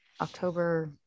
October